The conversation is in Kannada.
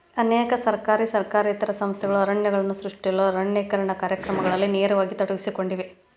ಅನೇಕ ಸರ್ಕಾರಿ ಸರ್ಕಾರೇತರ ಸಂಸ್ಥೆಗಳು ಅರಣ್ಯಗಳನ್ನು ಸೃಷ್ಟಿಸಲು ಅರಣ್ಯೇಕರಣ ಕಾರ್ಯಕ್ರಮಗಳಲ್ಲಿ ನೇರವಾಗಿ ತೊಡಗಿಸಿಕೊಂಡಿವೆ